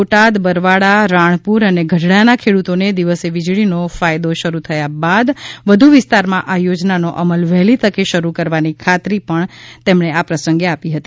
બોટાદ બરવાળા રાણપુર અને ગઢડાના ખેડૂતોને દિવસે વીજળીનો ફાયદો શરૂ થયા બાદ વધુ વિસ્તારમાં આ યોજનાનો અમલ વહેલી તકે શરૂ કરવાની ખાત્રી પણ તેમણે આ પ્રસંગે આપી હતી